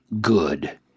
good